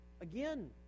Again